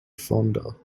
fonder